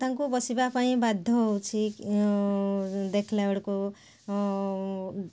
ତାଙ୍କୁ ବସିବା ପାଇଁ ବାଧ୍ୟ ହେଉଛି ଦେଖିଲାବେଳକୁ